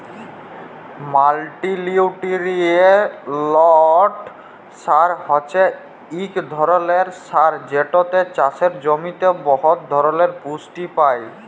মাল্টিলিউটিরিয়েল্ট সার হছে ইক ধরলের সার যেটতে চাষের জমিতে বহুত ধরলের পুষ্টি পায়